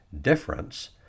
difference